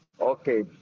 Okay